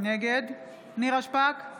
נגד נירה שפק,